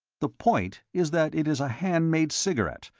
the point is that it is a hand-made cigarette,